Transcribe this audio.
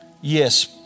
Yes